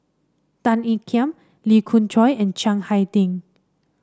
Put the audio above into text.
Tan Ean Kiam Lee Khoon Choy and Chiang Hai Ding